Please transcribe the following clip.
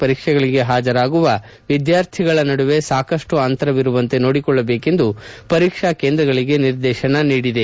ಪರೀಕ್ಷೆಗಳಗೆ ಹಾಜರಾಗುವ ವಿದ್ಯಾರ್ಥಿಗಳ ನಡುವೆ ಸಾಕಷ್ಟು ಅಂತರವಿರುವಂತೆ ನೋಡಿಕೊಳ್ಳಬೇಕೆಂದು ಪರೀಕ್ಷಾ ಕೇಂದ್ರಗಳಿಗೆ ನಿರ್ದೇತನ ನೀಡಲಾಗಿದೆ